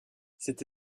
cette